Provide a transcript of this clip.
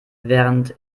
während